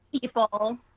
people